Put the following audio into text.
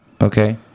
Okay